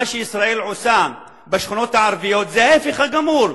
מה שישראל עושה בשכונות הערביות זה ההיפך הגמור.